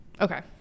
Okay